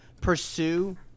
pursue